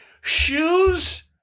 shoes